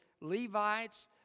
Levites